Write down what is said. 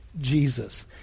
Jesus